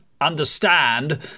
understand